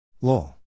LOL